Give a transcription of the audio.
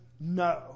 no